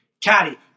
caddy